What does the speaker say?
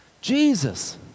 Jesus